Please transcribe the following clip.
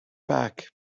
back